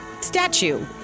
statue